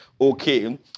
okay